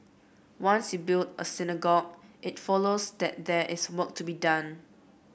once you build a synagogue it follows that there is work to be done